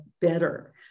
better